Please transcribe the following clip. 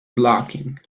blocking